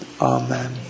Amen